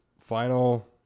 final